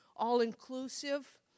all-inclusive